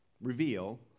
reveal